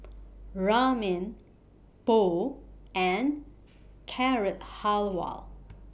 Ramen Pho and Carrot Halwa